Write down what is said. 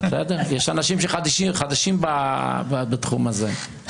יש אנשים שחדשים בתחום הזה.